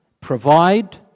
provide